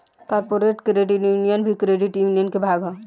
corporate credit union भी credit union के भाग ह